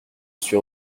suis